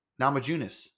Namajunas